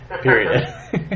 Period